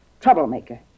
Troublemaker